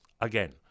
again